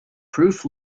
proof